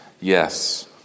Yes